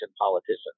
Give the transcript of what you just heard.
politicians